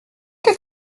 que